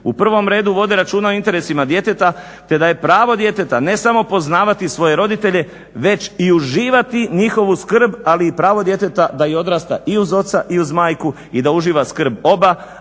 u prvom redu vode računa o interesima djeteta, te da je pravo djeteta ne samo poznavati svoje roditelje već i uživati njihovu skrb, ali i pravo djeteta da odrasta i uz oca i uz majku i da uživa skrb oba,